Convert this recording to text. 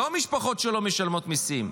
לא משפחות שלא משלמות מיסים,